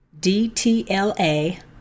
DTLA